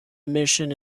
emission